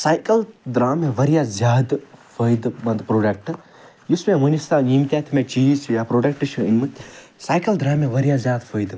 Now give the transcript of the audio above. cycle درٛاو مےٚ واریاہ زیادٕ فٲیدٕ منٛد پرٛوڈَکٹہٕ یُس مےٚ وُنس تام ییٖتیٛاہ تہِ مےٚ چیٖز یا پرٛوڈَکٹہٕ چھِ أنمتۍ سایکَل درٛاو مےٚ واریاہ زیادٕ فٲیدٕ مند